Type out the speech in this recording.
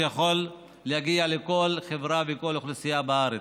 שיכול להגיע לכל חברה וכל אוכלוסייה בארץ.